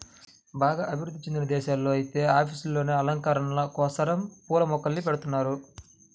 బాగా అభివృధ్ధి చెందిన దేశాల్లో ఐతే ఆఫీసుల్లోనే అలంకరణల కోసరం పూల మొక్కల్ని బెడతన్నారు